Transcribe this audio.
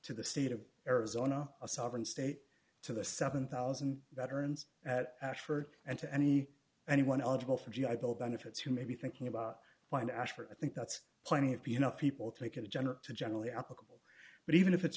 to the state of arizona a sovereign state to the seven thousand veterans at ashford and to any anyone eligible for g i bill benefits who may be thinking about wind ashford i think that's plenty of you know people take it in general to generally applicable but even if it's